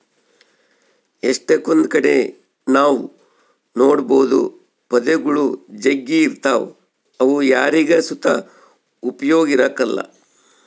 ಎಷ್ಟಕೊಂದ್ ಕಡೆ ನಾವ್ ನೋಡ್ಬೋದು ಪೊದೆಗುಳು ಜಗ್ಗಿ ಇರ್ತಾವ ಅವು ಯಾರಿಗ್ ಸುತ ಉಪಯೋಗ ಇರಕಲ್ಲ